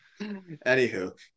Anywho